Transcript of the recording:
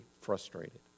frustrated